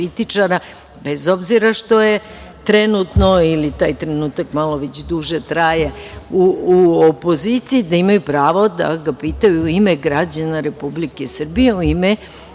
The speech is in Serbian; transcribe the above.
bez obzira što je trenutno ili taj trenutak malo duže traje u opoziciji, da imaju pravo da ga pitaju u ime građana Republike Srbije, u ime